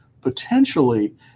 potentially